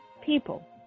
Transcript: people